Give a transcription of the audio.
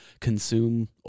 consume